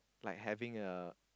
like having a